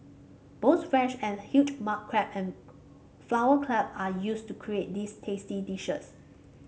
both fresh and huge mud crab and flower crab are used to create these tasty dishes